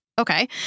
Okay